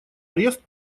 арест